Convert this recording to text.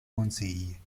consigli